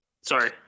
Sorry